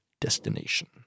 destination